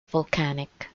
volcanic